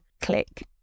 click